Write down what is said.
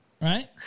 Right